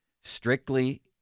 strictly